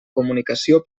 comunicació